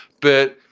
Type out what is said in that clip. but.